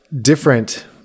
different